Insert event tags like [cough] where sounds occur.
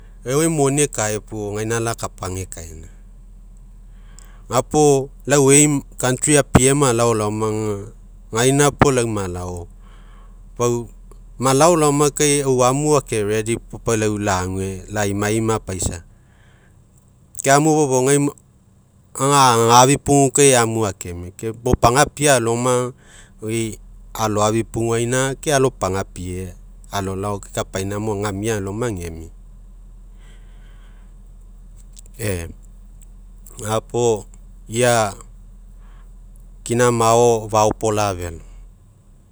Euai moni ekae puo egaina ala kapa agekaina. Gapuo lau eu aim country apie malao laoma ge. Gaina puo lau malao, pau malao laoma kai eu amu ake redy puo pau lague laimaimai paisa. Ke amu fofougai, [unintelligible] agafi pugu kai amu ake mia, ke mopagai apie aloma, oi aloafipugu ainake alopagai apie aloalo, kapaina mo gamia alomaga agemia. E gapuo ia kinamao faopola felo.